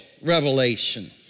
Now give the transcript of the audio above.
revelation